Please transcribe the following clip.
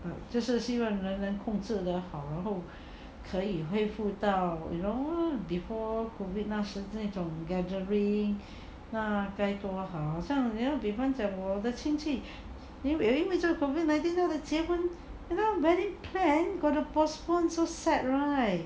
就是希望人们控制的好然后可以恢复到 you know before COVID 那时那种 gathering 那该多好像比方讲我的亲戚因为这个 COVID nineteen 他的结婚 now very planned gotta postpone so sad right